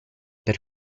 per